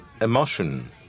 emotion